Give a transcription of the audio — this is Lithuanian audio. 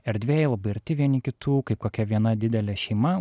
erdvėj labai arti vieni kitų kaip kokia viena didelė šeima